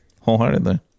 wholeheartedly